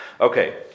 Okay